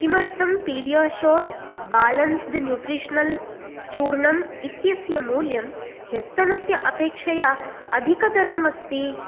किमर्थं PediaSure balanced nutritional चूर्णम् इत्यस्य मूल्यं ह्यस्तनस्य अपेक्षया अधिकतरम् अस्ति